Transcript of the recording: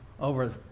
over